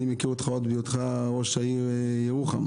אני מכיר אותך עוד בהיותך ראש העיר ירוחם.